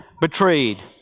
betrayed